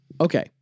Okay